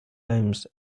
homes